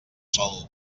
sol